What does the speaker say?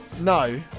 No